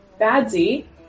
Badsy